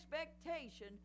expectation